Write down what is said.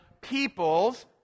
peoples